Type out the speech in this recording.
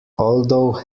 although